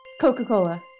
Coca-Cola